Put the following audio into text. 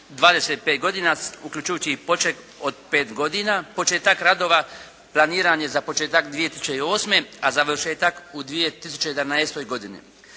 pet godina uključujući i poček od pet godina. Početak radova planiran je za početak 2008. a završetak u 2011. godini.